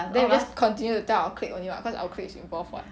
then we just continue to tell our clique only [what] cause our clique is involved [what]